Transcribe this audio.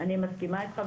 אני מסכימה איתך,